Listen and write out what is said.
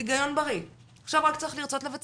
היגיון בריא, עכשיו רק צריך לרצות לבצע.